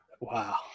Wow